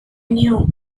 knew